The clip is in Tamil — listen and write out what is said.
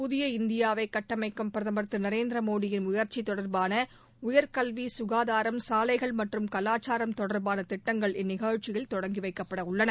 புதிய இந்தியாவை கட்டமைக்கும் பிரதம் திரு நரேந்திர மோடியின் முயற்சி தொடர்பான உயர்கல்வி சுகாதாரம் சாலைகள் மற்றும் கலாச்சாரம் தொடர்பாள திட்டங்கள் இந்நிகழ்ச்சியில் தொடங்கி வைக்கப்படவுள்ளன